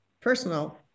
personal